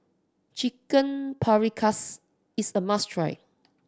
Chicken Paprikas is a must try